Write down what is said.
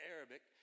Arabic